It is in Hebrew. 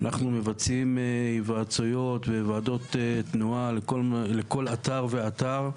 אנחנו מבצעים היוועצויות וועדות תנועה לכול אתר ואתר,